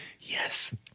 Yes